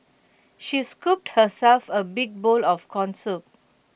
she scooped herself A big bowl of Corn Soup